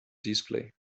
display